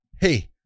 hey